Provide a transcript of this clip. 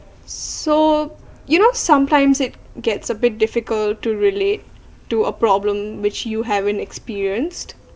so you know sometimes it gets a bit difficult to relate to a problem which you haven't experienced